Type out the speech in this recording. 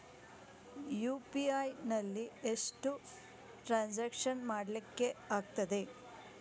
UPI ನಲ್ಲಿ ಎಷ್ಟು transaction ಮಾಡ್ಲಿಕ್ಕೆ ಆಗ್ತದೆ?